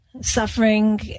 suffering